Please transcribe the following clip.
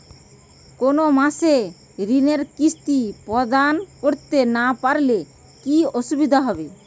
কোনো মাসে ঋণের কিস্তি প্রদান করতে না পারলে কি অসুবিধা হবে?